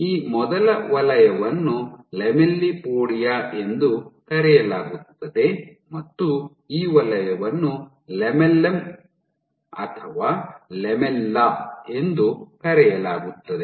ಈ ಮೊದಲ ವಲಯವನ್ನು ಲ್ಯಾಮೆಲ್ಲಿಪೋಡಿಯಾ ಎಂದು ಕರೆಯಲಾಗುತ್ತದೆ ಮತ್ತು ಈ ವಲಯವನ್ನು ಲ್ಯಾಮೆಲ್ಲಮ್ ಅಥವಾ ಲ್ಯಾಮೆಲ್ಲಾ ಎಂದು ಕರೆಯಲಾಗುತ್ತದೆ